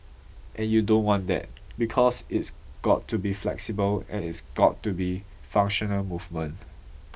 and you don't want that because it's got to be flexible and it's got to be functional movement